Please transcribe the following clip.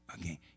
again